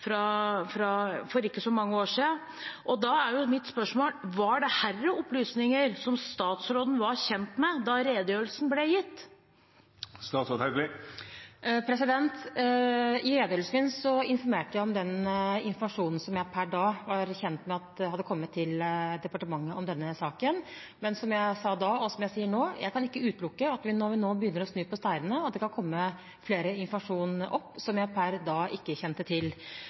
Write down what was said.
for ikke så mange år siden. Og da er mitt spørsmål: Var dette opplysninger som statsråden var kjent med da redegjørelsen ble gitt? I redegjørelsen min informerte jeg om den informasjonen som jeg per da var kjent med at hadde kommet til departementet om denne saken. Men som jeg sa da, og som jeg sier nå: Jeg kan ikke utelukke når vi nå begynner å snu på steinene, at det kan komme mer informasjon opp som jeg per da ikke kjente til.